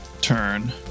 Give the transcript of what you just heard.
turn